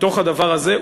בתוך הדבר הזה,